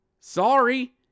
Sorry